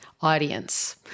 audience